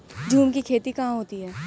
झूम की खेती कहाँ होती है?